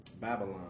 Babylon